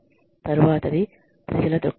తరువాతది ప్రజల దృక్పథం